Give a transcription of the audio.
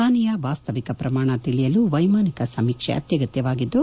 ಹಾನಿಯ ವಾಸ್ತವಿಕ ಪ್ರಮಾಣ ತಿಳಿಯಲು ವೈಮಾನಿಕ ಸಮೀಕ್ಷೆ ಅತ್ಯಗತ್ತವಾಗಿದ್ದು